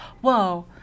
whoa